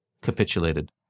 capitulated